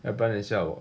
要不然等一下我